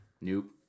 Nope